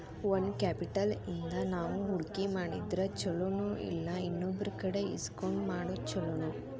Own capital ಇಂದಾ ನಾವು ಹೂಡ್ಕಿ ಮಾಡಿದ್ರ ಛಲೊನೊಇಲ್ಲಾ ಇನ್ನೊಬ್ರಕಡೆ ಇಸ್ಕೊಂಡ್ ಮಾಡೊದ್ ಛೊಲೊನೊ?